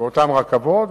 באותן רכבות.